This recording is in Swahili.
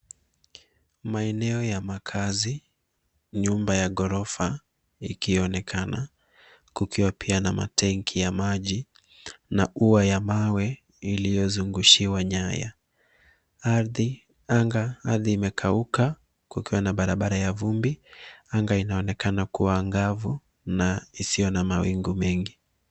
Maeneo ya makazi, nyumba ya gorofa ikionekana kukiwa pia na tangi ya maji na ua ya mawe iliyozungushiwa nyaya. Ardhi imekauka, kukiwa na barabara ya vumbi, anga inaonekana kuwa angavu na isiyo na mawingu mengi.